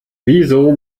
wieso